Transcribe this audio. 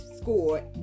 score